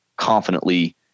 confidently